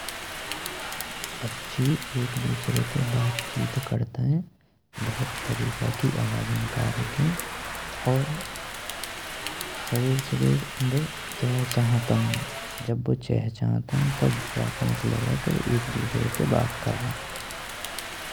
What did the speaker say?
पाछी एक दूसरे ते बात चीत करितें बहुत तरीका की आवाज़ निका कईं और सवेर सवेर बू चेह चाहाइनतेन। जब बू चेह चाहाइनतेन तो जाको मतलब है के बू एक दूसरे से बात कर रहें हें।